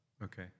Okay